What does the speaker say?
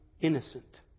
innocent